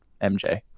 MJ